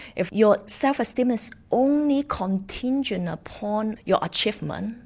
if your self esteem is only contingent upon your achievement,